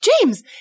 James